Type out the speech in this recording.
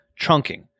trunking